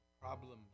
problems